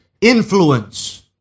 influence